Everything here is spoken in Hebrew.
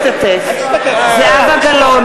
אינו משתתף בהצבעה זהבה גלאון,